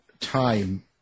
time